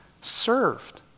served